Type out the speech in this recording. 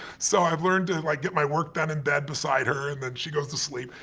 so i've learned to like get my work done in bed beside her and then she goes to sleep.